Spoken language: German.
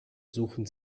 suchen